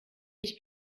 ich